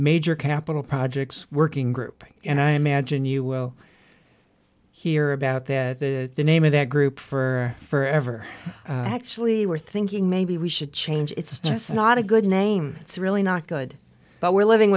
major capital projects working group and i imagine you will hear about that the name of that group for forever actually were thinking maybe we should change it's just not a good name it's really not good but we're living